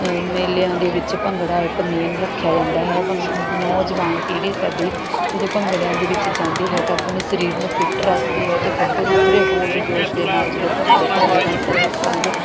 ਮੇਲਿਆਂ ਦੇ ਵਿੱਚ ਭੰਗੜਾ ਇੱਕ ਮੇਨ ਰੱਖਿਆ ਜਾਂਦਾ ਹੈ ਭੰਗੜਾ ਨੌਜਵਾਨ ਪੀੜ੍ਹੀ ਸਾਡੀ ਜਦੋਂ ਭੰਗੜਿਆਂ ਦੇ ਵਿੱਚ ਜਾਂਦੀ ਹੈ ਤਾਂ ਆਪਣੇ ਸਰੀਰ ਨੂੰ ਫਿੱਟ ਰੱਖਦੀ ਹੈ ਅਤੇ ਗੱਭਰੂ ਪੂਰੇ ਹੋਸ਼ ਜੋਸ਼ ਦੇ ਨਾਲ ਜਦੋਂ ਭੰਗੜੇ ਪਾਉਂਦੇ ਹਨ ਤਾਂ ਲੋਕਾਂ ਦੇ